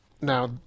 Now